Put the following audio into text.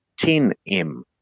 10m